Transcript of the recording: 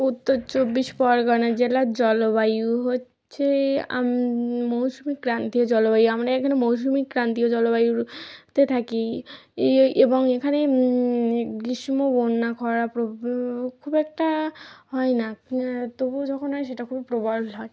উত্তর চব্বিশ পরগনা জেলার জলবায়ু হচ্ছে মৌসুমি ক্রান্তিয় জলবায়ু আমরা এখানে মৌসুমি ক্রান্তিয় জলবায়ুর তে থাকি এ ঐ এবং এখানে গ্রীষ্ম বন্যা খরা প্রভৃতি খুব একটা হয় না তবুও যখন হয় সেটা খুব প্রবল হয়